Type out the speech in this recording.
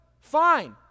Fine